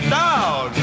down